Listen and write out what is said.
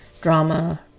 drama